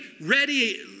ready